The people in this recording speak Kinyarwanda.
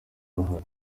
uruhare